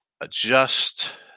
Adjust